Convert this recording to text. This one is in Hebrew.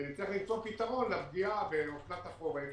ונצטרך למצוא פתרון ייחודי לפגיעה באופנת החורף,